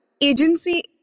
agency